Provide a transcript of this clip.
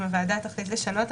אם הוועדה תחליט לשנות,